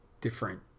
different